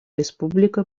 республика